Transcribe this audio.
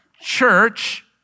church